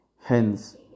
hence